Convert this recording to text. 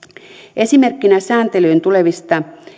esimerkkinä sääntelyyn tulevista